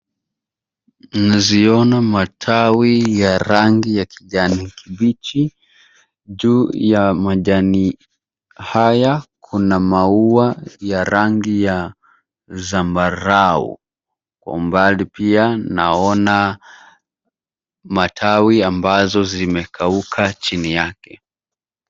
Naziona matawi ya rangi ya kijani kibichi . Juu ya majani haya kuna maua ya rangi ya zambarau. Kwa umbali pia naona matawi ambazo zimekauka chini yake.